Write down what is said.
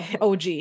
OG